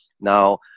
Now